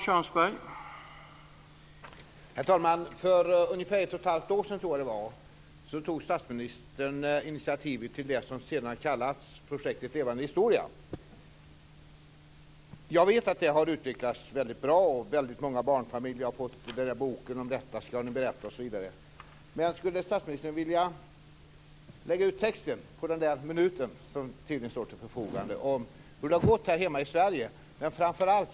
Herr talman! För ungefär ett och ett halvt år sedan tog statsministern initiativet till det som senare har kallats projektet Levande historia. Jag vet att det har utvecklats väldigt bra, och väldigt många barnfamiljer har fått boken ...om detta må ni berätta... Skulle statsministern vilja lägga ut texten - på den minut som tydligen står till förfogande - om hur det har gått här hemma i Sverige men framför allt i andra länder.